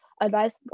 advice